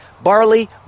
barley